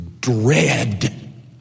dread